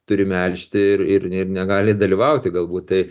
turi melžti ir ir ir negali dalyvauti galbūt tai